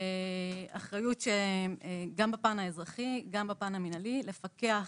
אחריות שהיא גם בפן האזרחי, גם בפן המינהלי, לפקח